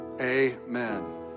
Amen